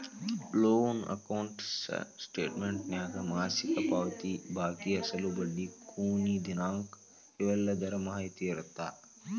loan account ಸ್ಟೇಟಮೆಂಟ್ನ್ಯಾಗ ಮಾಸಿಕ ಪಾವತಿ ಬಾಕಿ ಅಸಲು ಬಡ್ಡಿ ಕೊನಿ ದಿನಾಂಕ ಇವೆಲ್ಲದರ ಮಾಹಿತಿ ಇರತ್ತ